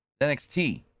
NXT